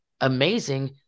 amazing